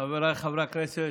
חבריי חברי הכנסת,